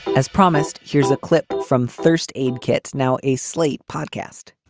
as promised here's a clip from first aid kits. now a slate podcast.